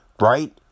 Right